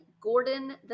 Gordon